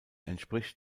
entspricht